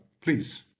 please